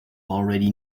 already